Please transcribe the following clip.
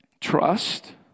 trust